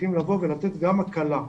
צריכים לבוא לתת גם הקלה.